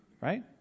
right